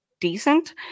decent